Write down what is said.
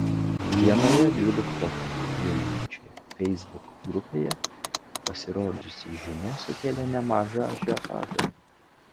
vienoje dvyliktokus vienijančioje feisbuko grupėje pasirodžiusi žinia sukėlė nemažą ažiotažą